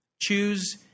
Choose